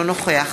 אינו נוכח